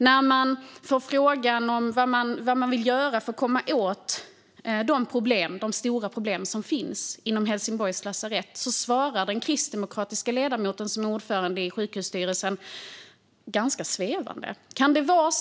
När man får frågan vad man vill göra för att komma till rätta med de stora problem som finns på Helsingborgs lasarett svarar den kristdemokratiska ledamoten, som är ordförande i sjukhusstyrelsen, ganska svepande. Fru talman!